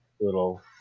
little